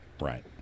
Right